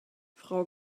frau